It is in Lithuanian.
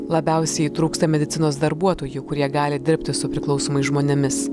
labiausiai trūksta medicinos darbuotojų kurie gali dirbti su priklausomais žmonėmis